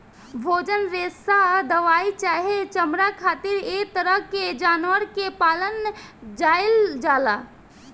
भोजन, रेशा दवाई चाहे चमड़ा खातिर ऐ तरह के जानवर के पालल जाइल जाला